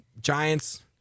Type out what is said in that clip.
giants